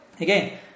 Again